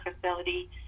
facility